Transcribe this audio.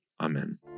Amen